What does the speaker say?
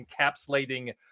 encapsulating